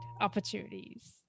opportunities